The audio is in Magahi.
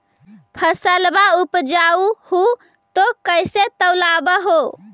फसलबा उपजाऊ हू तो कैसे तौउलब हो?